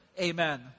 Amen